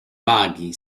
maghi